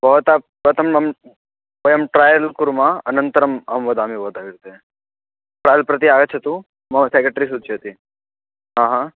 भवतः भवन्तं मम वयं ट्रायल् कुर्म अनन्तरम् अहं वदामि भवतः कृते ट्राय्ल् प्रति आगच्छतु मम सेक्रेटरी सूचयति ह